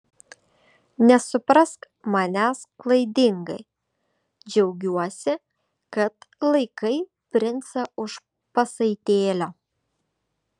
nesuprask manęs klaidingai džiaugiuosi kad laikai princą už pasaitėlio